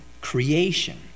creation